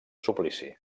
suplici